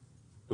בבקשה.